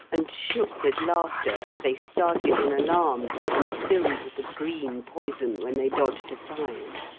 and shook with laughter as they started in alarm and spilled the green poison when they dodged aside.